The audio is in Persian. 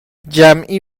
جمعی